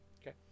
Okay